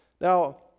Now